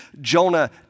Jonah